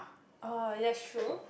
oh yes true